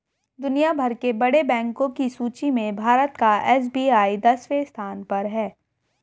दुनिया भर के बड़े बैंको की सूची में भारत का एस.बी.आई दसवें स्थान पर है